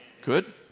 Good